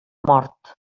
mort